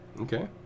Okay